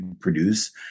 produce